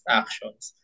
actions